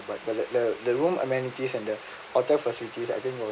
but the the room amenities and the hotel facilities I think was